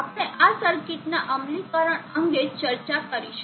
આપણે આ સર્કિટના અમલીકરણ અંગે ચર્ચા કરીશું